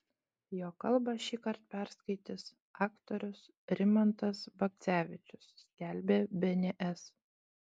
jo kalbą šįkart perskaitys aktorius rimantas bagdzevičius skelbė bns